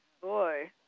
Boy